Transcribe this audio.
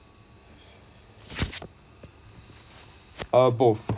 uh both